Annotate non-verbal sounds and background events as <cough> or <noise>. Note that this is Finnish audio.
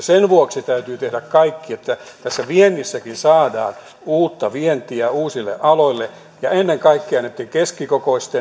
<unintelligible> sen vuoksi täytyy tehdä kaikki että tässä saadaan uutta vientiä uusille aloille ja ennen kaikkea näille keskikokoisille <unintelligible>